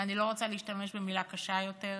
ואני לא רוצה להשתמש במילה קשה יותר,